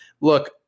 Look